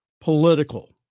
political